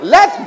Let